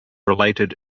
related